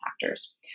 factors